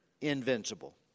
invincible